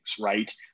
Right